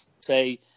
say